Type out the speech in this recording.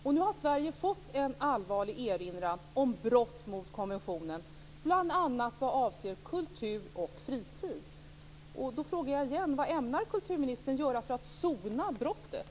Och nu har Sverige fått en allvarlig erinran om brott mot konventionen bl.a. vad avser kultur och fritid. Då frågar jag igen: Vad ämnar kulturministern göra för att sona brottet?